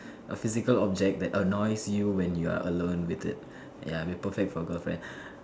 a physical object that annoys you when you are alone with it ya it will be perfect for girlfriend